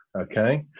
okay